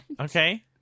Okay